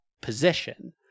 position